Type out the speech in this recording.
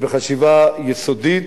ובחשיבה יסודית,